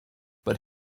but